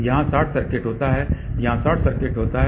यहां short circuit होता है यहां शॉर्ट सर्किट होता है